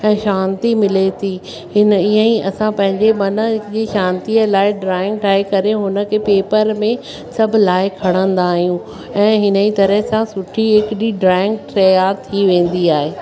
ऐं शांती मिले थी हिन इअं ही असां पंहिंजे मन जी शांतीअ लाइ ड्रॉइंग ठाहे करे हुनखे पेपर में सभु लाइ खणंदा आहियूं ऐं हिन ई तरह सां सुठी हिक ड्रॉइंग तयार थी वेंदी आहे